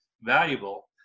valuable